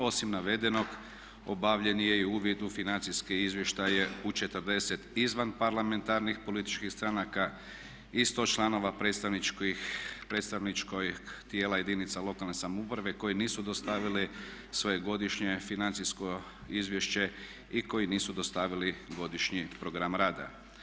Osim navedenog obavljen je i uvid u financijske izvještaje u 40 izvanparlamentarnih političkih stranaka i 100 članova predstavničkih tijela jedinica lokalne samouprave koji nisu dostavili svoje godišnje financijsko izvješće i koji nisu dostavili godišnji program rada.